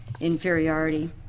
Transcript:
inferiority